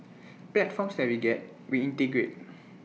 platforms that we get we integrate